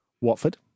Watford